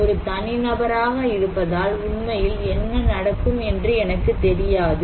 ஒரு தனிநபராக இருப்பதால் உண்மையில் என்ன நடக்கும் என்று எனக்குத் தெரியாது